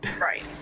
Right